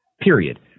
period